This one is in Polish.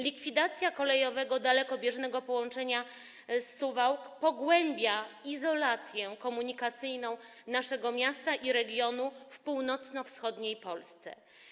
Likwidacja kolejowego dalekobieżnego połączenia z Suwałk pogłębia izolację komunikacyjną naszego miasta i regionu w północno-wschodniej Polsce.